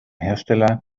hersteller